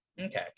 okay